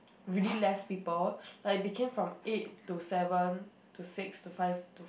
really less people like became from eight to seven to six to five to